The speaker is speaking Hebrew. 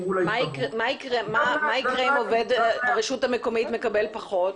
מה יקרה אם עובד הרשות המקומית מקבל פחות?